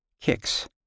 kicks